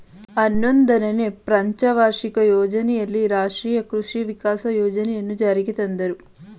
ಹನ್ನೊಂದನೆನೇ ಪಂಚವಾರ್ಷಿಕ ಯೋಜನೆಯಲ್ಲಿ ರಾಷ್ಟ್ರೀಯ ಕೃಷಿ ವಿಕಾಸ ಯೋಜನೆಯನ್ನು ಜಾರಿಗೆ ತಂದರು